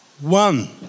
one